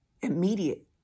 immediate